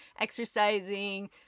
exercising